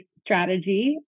strategy